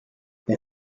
wer